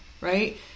right